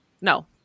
no